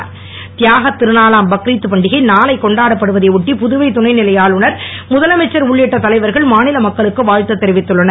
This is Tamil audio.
பக்ரீத் தியாகத் திருநாளாம் பக்ரீத் பண்டிகை நாளை கொண்டாடப்படுவதை ஒட்டி புதுவை துணை நிலை ஆளுநர் முதலமைச்சர் உள்ளிட்ட தலைவர்கள் மாநில மக்களுக்கு வாழ்த்து தெரிவித்துள்ளனர்